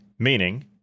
Meaning